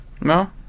No